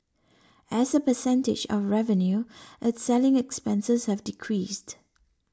as a percentage of revenue its selling expenses have decreased